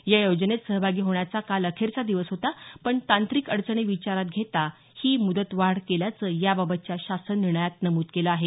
या योजनेत सहभागी होण्याचा काल अखेरचा दिवस होता पण तांत्रिक अडचणी विचारात घेता ही मुदत वाढ केल्याचं या बाबतच्या शासन निर्णयात नमूद केलं आहे